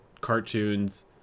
cartoons